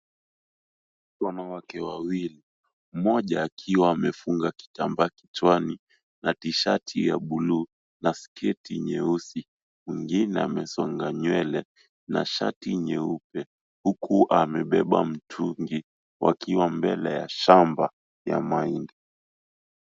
Wanawake wawili, mmoja akiwa amefunga kitambaa kichwani na tshirt ya buluu na sketi nyeusi, mwengine amesonga nywele na shati nyeupe huku amebeba mtungi wakiwa mbele ya shamba ya mahindi.